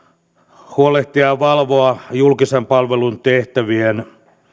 huolehtia ja valvoa julkisen palvelun tehtävien